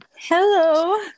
Hello